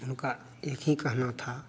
उनका एक ही कहना था